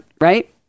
right